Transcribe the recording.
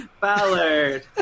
Ballard